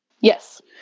Yes